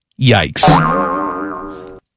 Yikes